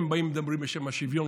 הם באים מדברים בשם השוויון,